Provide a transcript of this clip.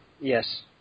Yes